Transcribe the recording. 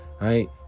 right